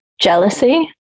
jealousy